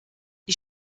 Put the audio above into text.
die